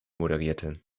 moderierte